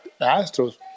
Astros